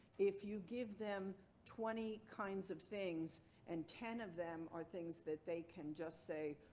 if you give them twenty kinds of things and ten of them are things that they can just say,